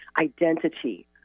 identity